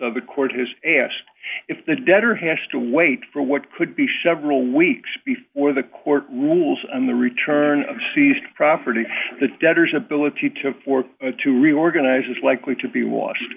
the court has asked if the debtor hash to wait for what could be chevra weeks before the court rules on the return of seized property the debtors ability to work to reorganize is likely to be washed